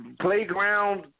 playground